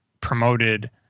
promoted